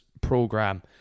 program